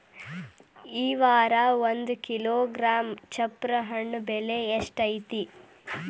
ಈ ವಾರ ಒಂದು ಕಿಲೋಗ್ರಾಂ ಚಪ್ರ ಹಣ್ಣ ಬೆಲೆ ಎಷ್ಟು ಐತಿ?